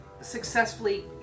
successfully